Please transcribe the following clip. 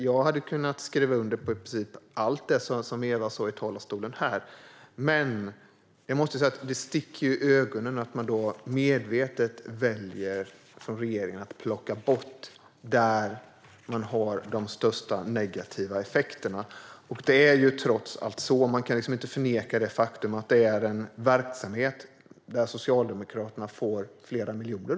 Jag hade kunnat skriva under på i princip allt det som Eva sa i talarstolen, men det sticker i ögonen att regeringen medvetet väljer att utelämna det område som har de största negativa effekterna. Man kan inte förneka det faktum att det är en verksamhet där Socialdemokraterna får flera miljoner.